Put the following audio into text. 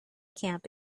camp